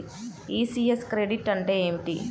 ECS credit అంటే ఏమిటి?